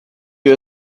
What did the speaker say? you